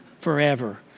forever